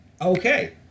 okay